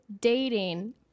dating